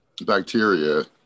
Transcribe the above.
bacteria